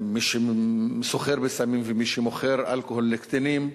מי שסוחר בסמים ומי שמוכר אלכוהול לקטינים.